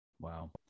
Wow